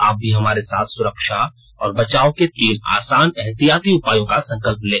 आप भी हमारे साथ सुरक्षा और बचाव के तीन आसान एहतियाती उपायों का संकल्प लें